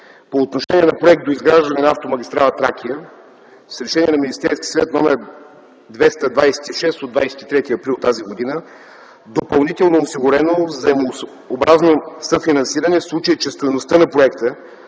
По отношение на проекта за доизграждане на автомагистрала „Тракия”, с Решение на Министерския съвет № 226 от 23 април т.г. допълнително е осигурено заимообразно съфинансиране в случай, че стойността на проекта,